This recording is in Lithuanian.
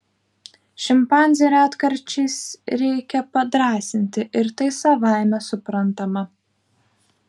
šimpanzę retkarčiais reikia padrąsinti ir tai savaime suprantama